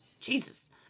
jesus